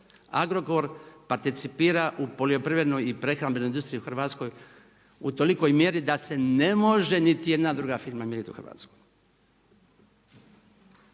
Agrokor participira u poljoprivrednoj i prehrambenoj industriji u Hrvatskoj u tolikoj mjeri da se ne može niti jedna druga firma mjeriti u Hrvatskoj.